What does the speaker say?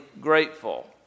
grateful